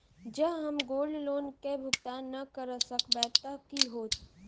जँ हम gold loan केँ भुगतान न करऽ सकबै तऽ की होत?